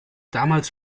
damals